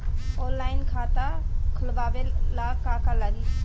Online खाता खोलबाबे ला का का लागि?